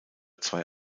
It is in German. zwei